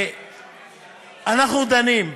אנחנו דנים,